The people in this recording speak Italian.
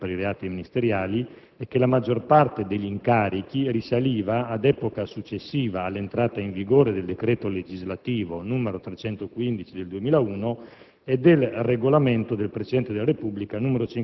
Un ulteriore elemento segnalato dal Collegio per i reati ministeriali è che la maggior parte degli incarichi risaliva ad epoca successiva all'entrata in vigore del decreto legislativo n. 315 del 2001